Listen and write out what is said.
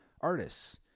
artists